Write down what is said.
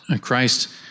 christ